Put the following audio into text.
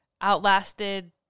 outlasted